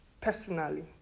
personally